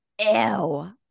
Ew